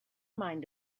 mind